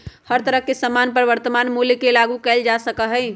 हर तरह के सामान पर वर्तमान मूल्य के लागू कइल जा सका हई